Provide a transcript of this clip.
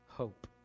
Hope